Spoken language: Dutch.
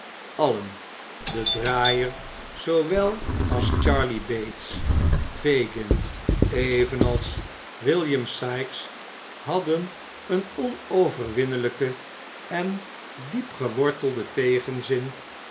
allen de draaier zoowel als charley bates fagin evenals william sikes hadden een onoverwinnelijken en diep geworteiden tegenzin